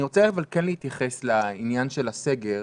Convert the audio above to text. אני רוצה להתייחס לעניין הסגר,